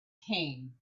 came